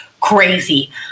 crazy